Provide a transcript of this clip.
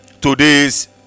today's